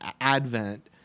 Advent